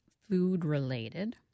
food-related